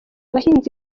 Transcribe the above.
bahinzi